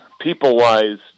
people-wise